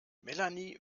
melanie